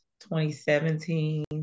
2017